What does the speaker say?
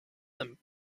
them